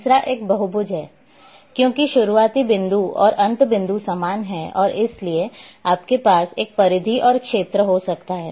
तीसरा एक बहुभुज है क्योंकि शुरुआती बिंदु और अंत बिंदु समान हैं और इसलिए आपके पास एक परिधि और क्षेत्र हो सकता है